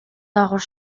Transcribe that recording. доогуур